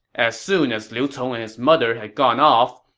as soon as liu cong and his mother had gone off,